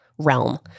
realm